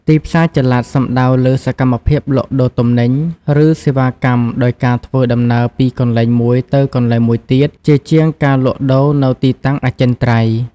ទីផ្សារចល័ត សំដៅលើសកម្មភាពលក់ដូរទំនិញ ឬសេវាកម្មដោយការធ្វើដំណើរពីកន្លែងមួយទៅកន្លែងមួយទៀត ជាជាងការលក់ដូរនៅទីតាំងអចិន្ត្រៃយ៍។